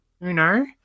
uno